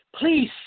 please